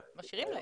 כן.